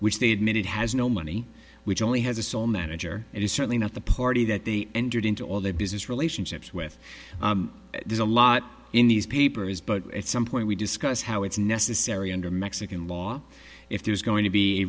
which they admitted has no money which only has a sole manager it is certainly not the party that they entered into all their business relationships with there's a lot in these papers but at some point we discuss how it's necessary under mexican law if there's going to be